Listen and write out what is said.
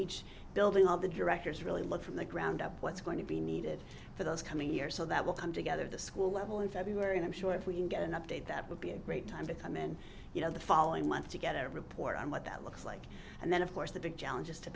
each building all the directors really look from the ground up what's going to be needed for those coming year so that will come together the school level in february and i'm sure if we can get an update that would be a great time to come in you know the following month to get a report on what that looks like and then of course the big challenge is to